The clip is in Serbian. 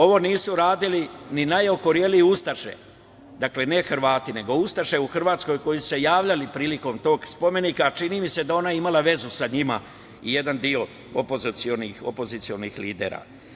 Ovo nisu radili ni najokorelije ustaše, dakle ne Hrvati, nego ustaše u Hrvatskoj, koji su se javljali prilikom tom spomenika, a čini mi se da je ona imala vezu sa njima i jedan deo opozicionih lidera.